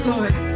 Lord